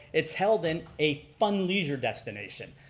it's held in a fun leisure destination,